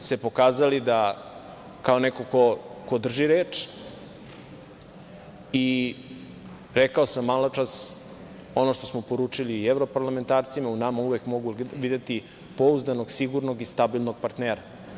Mi smo se pokazali kao neko ko drži reč i rekao sam maločas, ono što smo poručili i evroparlamentarcima, u nama uvek mogu videti pouzdanog, sigurnog i stabilnog partnera.